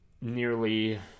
nearly